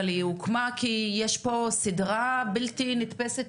אבל היא הוקמה כי יש פה סדרה בלתי נתפסת